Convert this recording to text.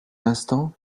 l’instant